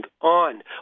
on